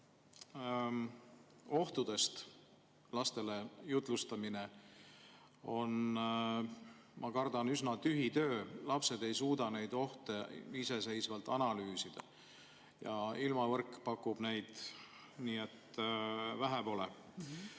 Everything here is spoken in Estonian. Ohtudest lastele jutlustamine on, ma kardan, üsna tühi töö. Lapsed ei suuda neid ohte iseseisvalt analüüsida ja ilmavõrk pakub neid nii, et vähe pole.